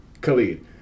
Khalid